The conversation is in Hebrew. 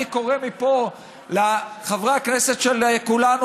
אני קורא מפה לחברי הכנסת של כולנו,